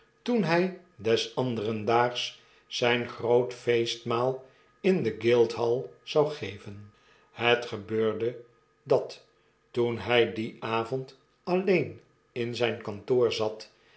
toen hy des anderen daags zyn groot feestmaal in de guildhall zou geven het gebeurde dat toen hy dien avond alleen in zijn kantoor zat